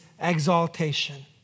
exaltation